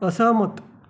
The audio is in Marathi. असहमत